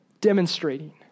demonstrating